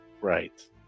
Right